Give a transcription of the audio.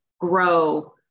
grow